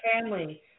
family